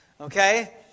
Okay